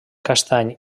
castany